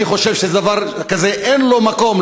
אני חושב שדבר כזה אין לו מקום,